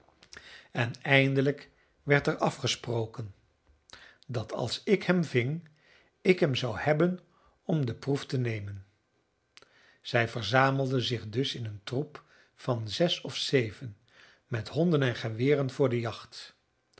en eindelijk werd er afgesproken dat als ik hem ving ik hem zou hebben om de proef te nemen zij verzamelden zich dus in een troep van zes of zeven met honden en geweren voor de jacht